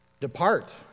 Depart